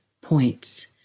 points